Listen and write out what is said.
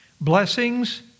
blessings